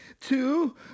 two